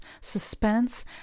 suspense